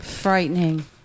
Frightening